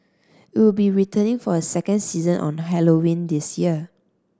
it will be returning for a second season on Halloween this year